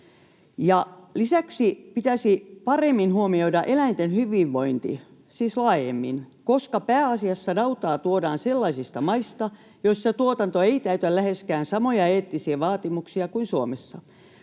Lisäksi pitäisi paremmin huomioida eläinten hyvinvointi, siis laajemmin, koska pääasiassa nautaa tuodaan sellaisista maista, joissa tuotanto ei täytä läheskään samoja eettisiä vaatimuksia kuin Suomessa.